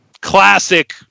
classic